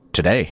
today